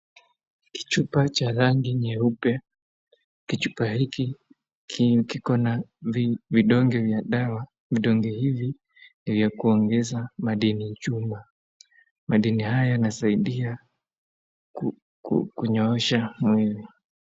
Kichupa cha rangi nyeupe, kichupa hiki kiko na vidonge vya dawa. Vidonge hivi ni vya kuongeza madini ya chuma. Madini haya yanasaidia kunyoosha mwili.